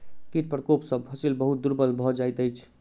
कीट प्रकोप सॅ फसिल बहुत दुर्बल भ जाइत अछि